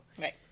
Right